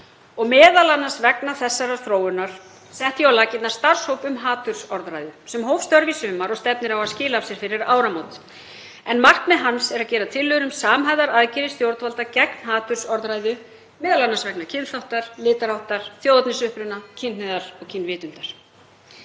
Meðal annars vegna þessarar þróunar setti ég á laggirnar starfshóp um hatursorðræðu sem hóf störf í sumar og stefnir á að skila af sér fyrir áramót. Markmið hans er að gera tillögur um samhæfðar aðgerðir stjórnvalda gegn hatursorðræðu, m.a. vegna kynþáttar, litarháttar, þjóðernisuppruna, kynhneigðar og kynvitundar.